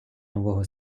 нового